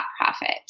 profit